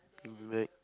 we'll be back